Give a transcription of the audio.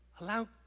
allow